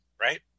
right